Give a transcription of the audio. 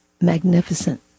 magnificent